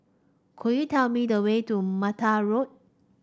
could you tell me the way to Mata Road